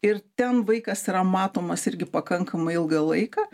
ir ten vaikas yra matomas irgi pakankamai ilgą laiką